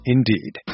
Indeed